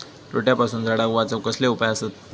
रोट्यापासून झाडाक वाचौक कसले उपाय आसत?